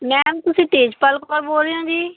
ma'am ਤੁਸੀਂ ਤੇਜਪਾਲ ਕੌਰ ਬੋਲ ਰਹੇ ਹੋ ਜੀ